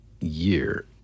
year